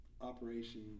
operation